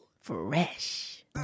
fresh